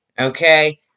okay